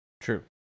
True